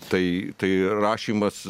tai tai rašymas